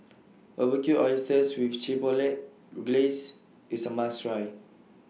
Barbecued Oysters with Chipotle Glaze IS A must Try